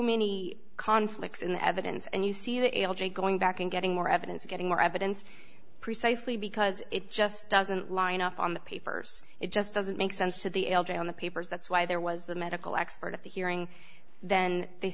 many conflicts in the evidence and you see that going back and getting more evidence getting more evidence precisely because it just doesn't line up on the papers it just doesn't make sense to the l g on the papers that's why there was the medical expert at the hearing then they